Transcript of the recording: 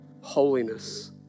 holiness